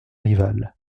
rival